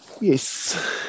Yes